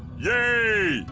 yay!